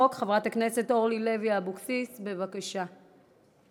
19 חברי כנסת בעד הצעת החוק, אפס מתנגדים.